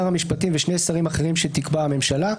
המשפטים ושני שרים אחרים שתקבע הממשלה,